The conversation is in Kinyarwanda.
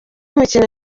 imikino